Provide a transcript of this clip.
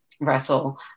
Russell